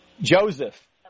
Joseph